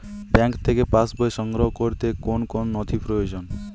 Bank থেকে pass বই সংগ্রহ করতে কোন কোন নথি প্রয়োজন?